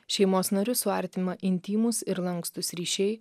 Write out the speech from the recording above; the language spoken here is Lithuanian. šeimos narius suartima intymūs ir lankstūs ryšiai